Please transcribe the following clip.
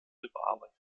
überarbeitet